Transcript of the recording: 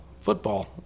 football